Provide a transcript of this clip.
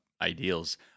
ideals